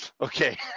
Okay